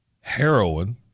heroin